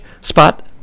spot